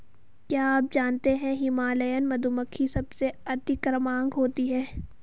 क्या आप जानते है हिमालयन मधुमक्खी सबसे अतिक्रामक होती है?